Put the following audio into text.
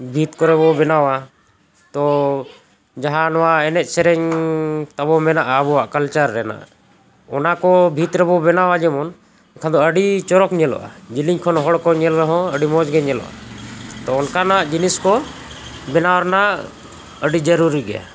ᱵᱷᱤᱛ ᱠᱚᱨᱮ ᱵᱚ ᱵᱮᱱᱟᱣᱟ ᱛᱚ ᱡᱟᱦᱟᱸ ᱱᱚᱣᱟ ᱮᱱᱮᱡ ᱥᱮᱨᱮᱧ ᱛᱟᱵᱚ ᱢᱮᱱᱟᱜᱼᱟ ᱟᱵᱚᱣᱟᱜ ᱠᱟᱞᱪᱟᱨ ᱨᱮᱱᱟᱜ ᱚᱱᱟ ᱠᱚ ᱵᱷᱤᱛ ᱨᱮᱵᱚ ᱵᱮᱱᱟᱣᱟ ᱡᱮᱢᱚᱱ ᱮᱱᱠᱷᱟᱱ ᱫᱚ ᱟᱹᱰᱤ ᱪᱚᱨᱚᱠ ᱧᱮᱞᱚᱜᱼᱟ ᱡᱤᱞᱤᱧ ᱠᱷᱚᱱ ᱦᱚᱲ ᱠᱚ ᱧᱮᱞ ᱨᱮᱦᱚᱸ ᱟᱹᱰᱤ ᱢᱚᱸᱡᱽ ᱜᱮ ᱧᱮᱞᱚᱜᱼᱟ ᱛᱚ ᱚᱱᱠᱟᱱᱟᱜ ᱡᱤᱱᱤᱥ ᱠᱚ ᱵᱮᱱᱟᱣ ᱨᱮᱱᱟᱜ ᱟᱹᱰᱤ ᱡᱟᱹᱨᱩᱲᱤ ᱜᱮᱭᱟ